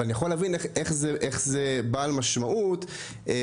אבל אני יכול להבין איך זה בעל משמעות בפריפריה,